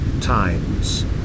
times